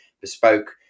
bespoke